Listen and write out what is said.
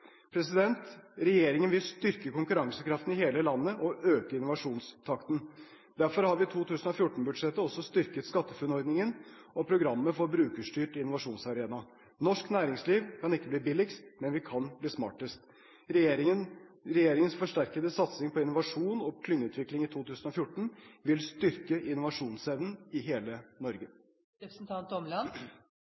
Regjeringen vil styrke konkurransekraften i hele landet og øke innovasjonstakten. Derfor har vi i 2014-budsjettet også styrket SkatteFUNN-ordningen og programmet Brukerstyrt innovasjonsarena. Norsk næringsliv kan ikke bli billigst, men vi kan bli smartest. Regjeringens forsterkede satsing på innovasjon og klyngeutvikling i 2014 vil styrke innovasjonsevnen i hele Norge.